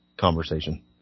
conversation